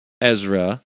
Ezra